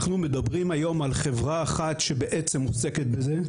אנחנו מדברים היום על חברה אחת שבעצם עוסקת בזה,